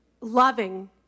loving